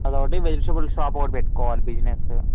అదొకటి vegetables shop ఒకటి పెట్టుకోవాలి బిజినెస్సు